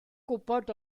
gwybod